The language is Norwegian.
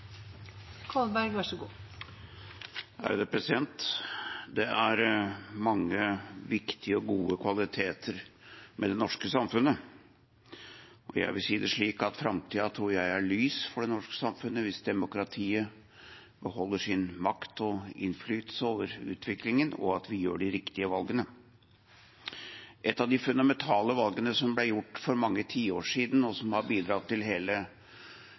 Det er mange viktige og gode kvaliteter med det norske samfunnet. Jeg vil si det slik at jeg tror framtiden er lys for det norske samfunnet hvis demokratiet beholder sin makt og innflytelse over utviklingen og vi gjør de riktige valgene. Et av de fundamentale valgene som ble gjort for mange tiår siden, og som har bidratt til hele